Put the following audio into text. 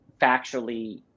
factually